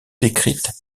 décrite